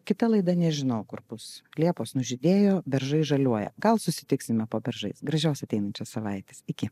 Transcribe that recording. kita laida nežinau kur bus liepos nužydėjo beržai žaliuoja gal susitiksime po beržais gražios ateinančios savaitės iki